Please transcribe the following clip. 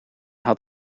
had